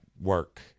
work